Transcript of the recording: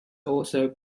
also